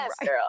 girl